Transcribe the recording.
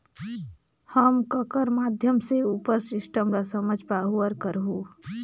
हम ककर माध्यम से उपर सिस्टम ला समझ पाहुं और करहूं?